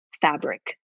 fabric